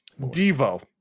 devo